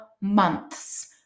months